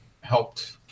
helped